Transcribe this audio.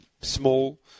small